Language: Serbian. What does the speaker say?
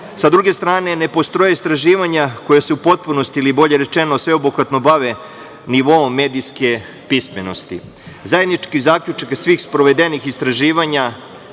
Sa druge, strane ne postoje istraživanja koja se u potpunosti ili bolje rečeno sveobuhvatno bave nivoom medijske pismenosti. Zajednički zaključak svih sprovedenih istraživanja